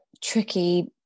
tricky